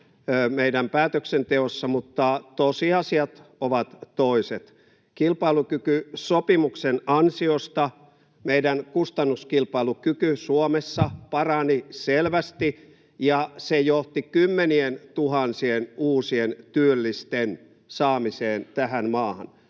meidän päätöksenteossa, mutta tosiasiat ovat toiset. Kilpailukykysopimuksen ansiosta meidän kustannuskilpailukyky Suomessa parani selvästi, ja se johti kymmenientuhansien uusien työllisten saamiseen tähän maahan.